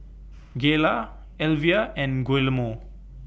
Gayla Elvia and Guillermo